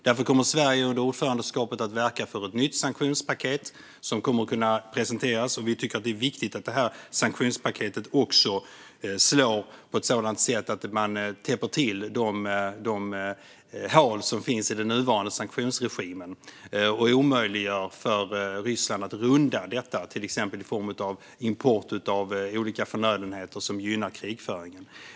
Därför kommer Sverige under ordförandeskapet att verka för ett nytt sanktionspaket, och vi tycker att det är viktigt att det också slår på ett sådant sätt att man täpper till de hål som finns i den nuvarande sanktionsregimen och omöjliggör för ryssarna att runda den, till exempel i form av import av olika förnödenheter som gynnar krigföringen.